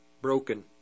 broken